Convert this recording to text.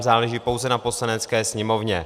Záleží pouze na Poslanecké sněmovně.